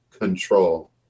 control